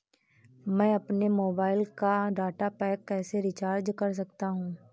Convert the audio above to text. मैं अपने मोबाइल का डाटा पैक कैसे रीचार्ज कर सकता हूँ?